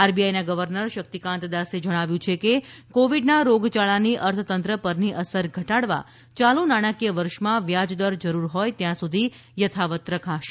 આરબીઆઈના ગવર્નર શક્તિકાન્ત દાસે જણાવ્યું છે કે કોવિડના રોગયાળાની અર્થતંત્ર પરની અસર ઘટાડવા ચાલુ નાણાંકીય વર્ષમાં વ્યાજદર જરૂર હોય ત્યાં સુધી યથાવત રખાશે